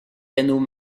canaux